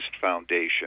foundation